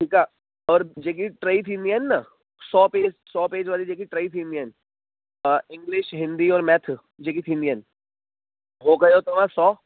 ठीकु आहे ओर जेकी टई थींदी आहिनि न सौ पेज सौ पेज वारी जेकी टई थींदी आहिनि इंग्लिश हिंदी ओर मैथ जेकी थींदी आहिनि उहो कयो तव्हां सौ